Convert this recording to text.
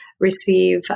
receive